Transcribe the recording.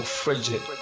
frigid